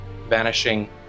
vanishing